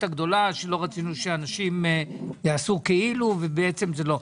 הגדולה שלא רצינו שאנשים יעשו כאילו ובעצם זה לא.